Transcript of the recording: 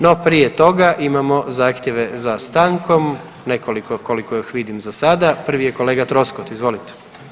No, prije toga imamo zahtjeve za stankom, nekoliko koliko ih vidim za sada, prvi je kolega Troskot, izvolite.